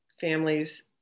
families